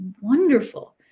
wonderful